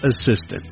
assistant